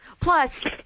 Plus